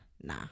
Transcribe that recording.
Nah